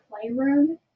playroom